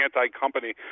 anti-company